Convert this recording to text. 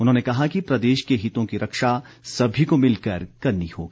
उन्होंने कहा कि प्रदेश के हितों की रक्षा सभी को मिलकर करनी होगी